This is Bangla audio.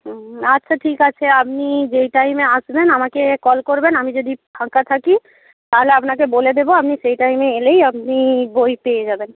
হুম আচ্ছা ঠিক আছে আপনি যেই টাইমে আসবেন আমাকে কল করবেন আমি যদি ফাঁকা থাকি তাহলে আপনাকে বলে দেবো আপনি সেই টাইমে এলেই আপনি বই পেয়ে যাবেন